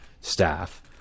staff